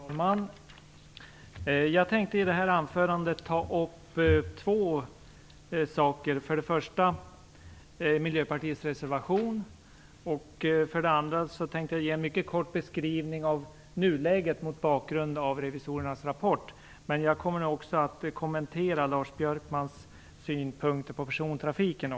Fru talman! Jag tänkte i detta anförande ta upp två saker. För det första vill jag ta upp Miljöpartiets reservation, och för det andra tänkte jag ge en mycket kort beskrivning av nuläget mot bakgrund av revisorernas rapport. Jag kommer också något att kommentera Lars Björkmans synpunkter på persontrafiken.